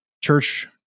church